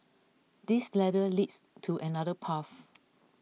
this ladder leads to another path